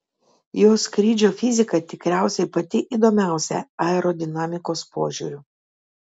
jo skrydžio fizika tikriausiai pati įdomiausia aerodinamikos požiūriu